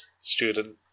Student